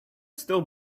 still